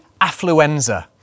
affluenza